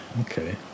Okay